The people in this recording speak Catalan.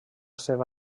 seva